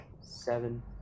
seven